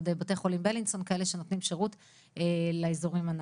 בלינסון ועוד בתי חולים כאלה שנותנים שירות לאזורים הללו.